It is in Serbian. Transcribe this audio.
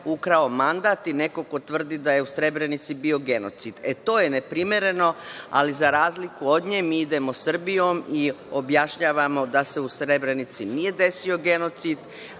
ukrao mandat i neko ko tvrdi da je u Srebrenici bio genocid. E, to je neprimereno, ali za razliku od nje, mi idemo Srbijom i objašnjavamo da se u Srebrenici nije desio genocid.